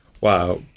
wow